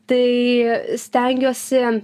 tai stengiuosi